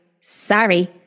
Sorry